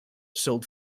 sold